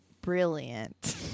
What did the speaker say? brilliant